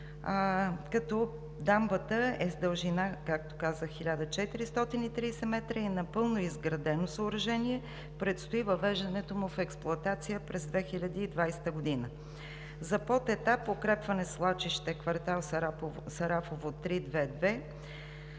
дамба с дължина, както казах, 1430 м и е напълно изградено съоръжение. Предстои въвеждането му в експлоатация през 2020 г.; - за подетап: „Укрепване свлачище, квартал „Сарафово“